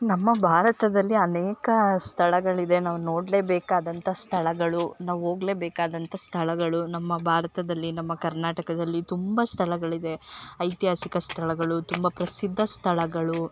ನಮ್ಮ ಭಾರತದಲ್ಲಿ ಅನೇಕ ಸ್ಥಳಗಳಿದೆ ನಾವು ನೋಡಲೇ ಬೇಕಾದಂಥ ಸ್ಥಳಗಳು ನಾವು ಹೋಗ್ಲೇಬೇಕಾದಂಥ ಸ್ಥಳಗಳು ನಮ್ಮ ಭಾರತದಲ್ಲಿ ನಮ್ಮ ಕರ್ನಾಟಕದಲ್ಲಿ ತುಂಬಾ ಸ್ಥಳಗಳಿದೆ ಐತಿಹಾಸಿಕ ಸ್ಥಳಗಳು ತುಂಬ ಪ್ರಸಿದ್ದ ಸ್ಥಳಗಳು